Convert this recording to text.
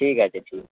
ঠিক আছে ঠিক